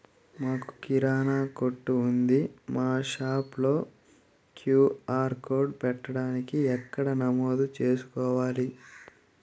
మాకు కిరాణా కొట్టు ఉంది మా షాప్లో క్యూ.ఆర్ కోడ్ పెట్టడానికి ఎక్కడ నమోదు చేసుకోవాలీ?